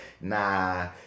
nah